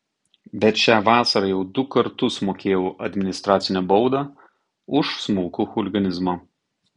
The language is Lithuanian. bet šią vasarą jau du kartus mokėjau administracinę baudą už smulkų chuliganizmą